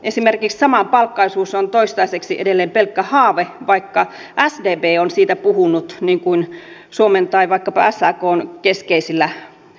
esimerkiksi samapalkkaisuus on toistaiseksi edelleen pelkkä haave vaikka sdp on siitä puhunut niin suomen kuin vaikkapa sakn keskeisillä paikoilla